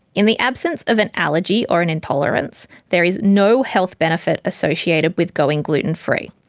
in the absence of an allergy or an intolerance, there is no health benefit associated with going gluten free,